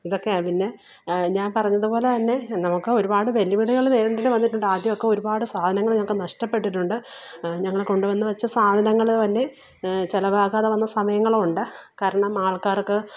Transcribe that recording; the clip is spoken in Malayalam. ഇതൊക്കെയാണ് പിന്നെ ഞാന് പറഞ്ഞതുപോലെതന്നെ നമ്മൾക്ക് ഒരുപാട് വെല്ലുവിളികൾ നേരിടേണ്ടി വന്നിട്ടുണ്ട് ആദ്യമൊക്കെ ഒരുപാട് സാധനങ്ങൾ ഞങ്ങൾക്ക് നഷ്ടപ്പെട്ടിട്ടുണ്ട് ഞങ്ങൾ കൊണ്ടുവന്ന് വച്ച സാധനങ്ങൾ തന്നെ ചിലവാകാതെ വന്ന സമയങ്ങളുമുണ്ട് കാരണം ആള്ക്കാര്ക്ക്